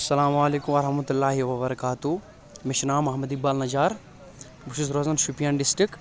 السلام عليكم ورحمة اللهِ وبركاته مےٚ چھ ناو محمد اقبال نجار بہٕ چھُس روزان شُپین ڈسٹرکٹ